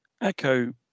echo